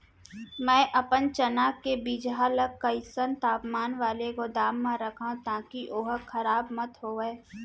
मैं अपन चना के बीजहा ल कइसन तापमान वाले गोदाम म रखव ताकि ओहा खराब मत होवय?